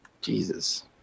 Jesus